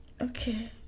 Okay